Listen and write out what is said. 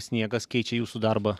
sniegas keičia jūsų darbą